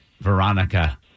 Veronica